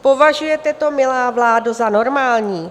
Považujete to, milá vládo, za normální?